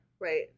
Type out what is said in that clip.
right